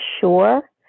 sure